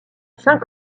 saint